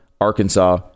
arkansas